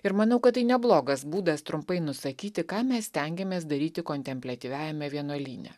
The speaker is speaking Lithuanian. ir manau kad tai neblogas būdas trumpai nusakyti ką mes stengiamės daryti kontempliatyviajame vienuolyne